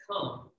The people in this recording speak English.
come